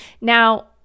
Now